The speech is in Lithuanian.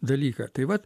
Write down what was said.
dalyką tai vat